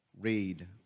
read